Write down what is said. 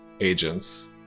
agents